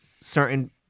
certain